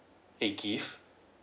a gift